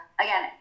again